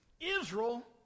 Israel